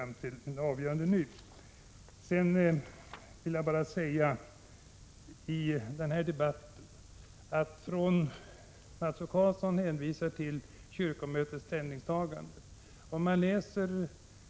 Mats O Karlsson hänvisar i denna debatt till kyrkomötets ställningstagande.